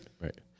right